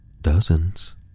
Dozens